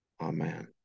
amen